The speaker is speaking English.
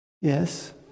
Yes